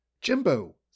Jimbo